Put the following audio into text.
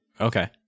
Okay